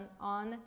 on